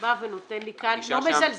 בא ונותן לי כאן --- אני לא מזלזלת